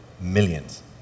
millions